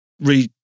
re